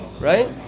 right